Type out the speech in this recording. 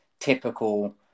typical